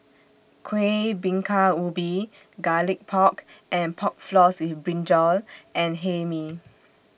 Kuih Bingka Ubi Garlic Pork and Pork Floss with Brinjal and Hae Mee